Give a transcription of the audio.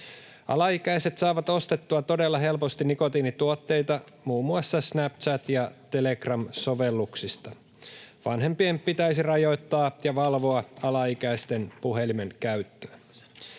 Alaikäiset saavat ostettua todella helposti nikotiinituotteita muun muassa Snapchat- ja Telegram-sovelluksista. Vanhempien pitäisi rajoittaa ja valvoa alaikäisten puhelimenkäyttöä.